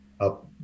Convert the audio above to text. up